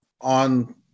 on